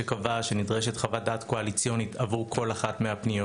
שקבע שנדרשת חוות דעת קואליציונית עבור כל אחת מהפניות,